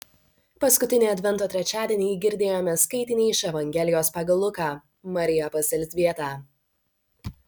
paskutinį advento trečiadienį girdėjome skaitinį iš evangelijos pagal luką marija pas elzbietą